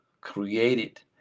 created